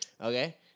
Okay